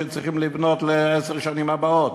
מה שצריכים לבנות לעשר השנים הבאות.